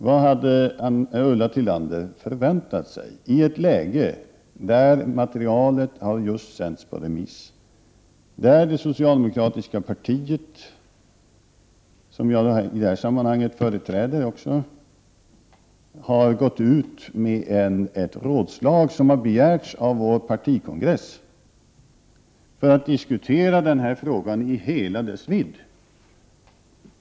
Vad hade Ulla Tillander förväntat sig i ett läge där materialet just har sänts på remiss, där det socialdemokratiska partiet — som jag i det här sammanhanget också företräder — har gått ut med ett rådslag som har begärts av vår partikongress, för att den här frågan skall diskuteras i hela sin vidd?